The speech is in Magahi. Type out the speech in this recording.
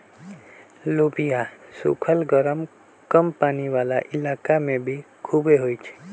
लोबिया सुखल गरम कम पानी वाला इलाका में भी खुबे होई छई